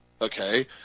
okay